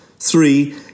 Three